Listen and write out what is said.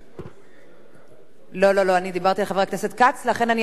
חבר הכנסת רותם מפנה